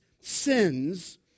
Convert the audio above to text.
sins